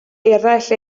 eraill